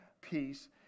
peace